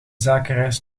zakenreis